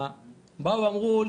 באו ואמרו,